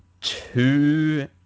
two